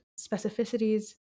specificities